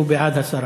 הוא בעד הסרה.